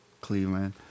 Cleveland